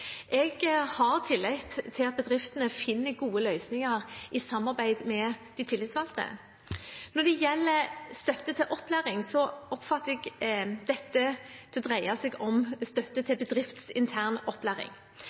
Jeg har tillit til at bedriftene finner gode løsninger i samarbeid med de tillitsvalgte. Når det gjelder støtte til opplæring, oppfatter jeg at dette dreier seg om støtte til bedriftsintern opplæring.